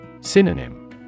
Synonym